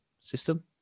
system